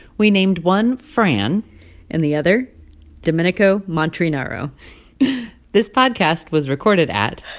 we named one fran and the other domenico montreenaro this podcast was recorded at.